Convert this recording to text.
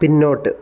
പിന്നോട്ട്